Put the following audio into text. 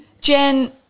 Jen